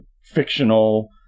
fictional